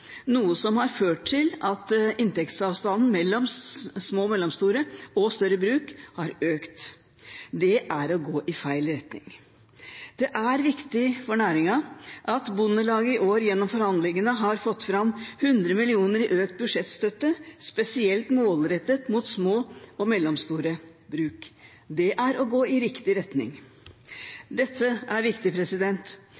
noe som har ført til at inntektsavstanden mellom små og mellomstore og større bruk har økt. Det er å gå i feil retning. Det er viktig for næringen at Bondelaget i år gjennom forhandlingene har fått fram 100 mill. kr i økt budsjettstøtte, spesielt målrettet mot små og mellomstore bruk. Det er å gå i riktig